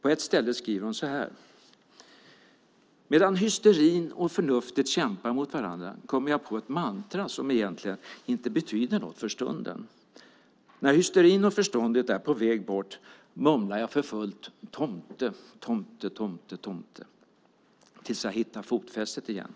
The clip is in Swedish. På ett ställe skriver hon så här: Medan hysterin och förnuftet kämpar mot varandra kommer jag på ett mantra som egentligen inte betyder något för stunden. När hysterin och förståndet är på väg bort mumlar jag för fullt tomte, tomte, tomte, tomte, tomte tills jag hittar fotfästet igen.